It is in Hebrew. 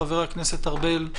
חבר הכנסת ארבל,